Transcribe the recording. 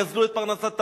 גזלו את פרנסתם,